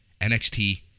NXT